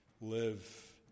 live